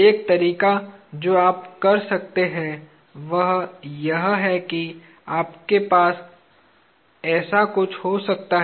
एक तरीका जो आप कर सकते हैं वह यह है कि आपके पास ऐसा कुछ हो सकता है